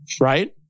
right